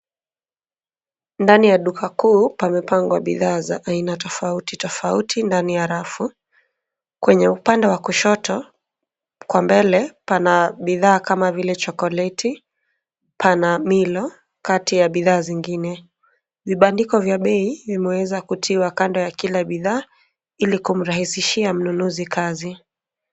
Ndani ya duka kuu pamepangwa bidhaa za aina tofauti tofauti ndani ya rafu. Kwenye upande wa kushoto kwa mbele pana bidhaa kama vile chokoleti, pana milo kati ya bidhaa zingine. Vibandiko vya bei vimeweza kutiwa kando ya kila bidhaa ili kumrahisishia kila mnunuzi kazi.